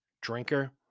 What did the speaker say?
drinker